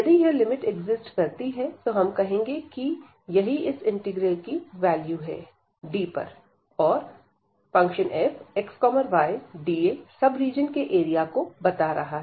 यदि यह limit exist करती है तो हम कहेंगे कि यही इस इंटीग्रल की वैल्यू है D पर और fx y dA सब रीजन के एरिया को बता रहा है